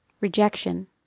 Rejection